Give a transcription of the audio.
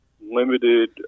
limited